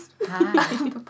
Hi